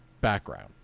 background